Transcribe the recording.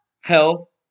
health